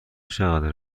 چقدر